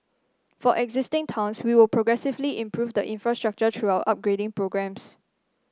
for existing towns we will progressively improve the infrastructure through our upgrading programmes